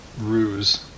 ruse